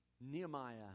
Nehemiah